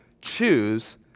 choose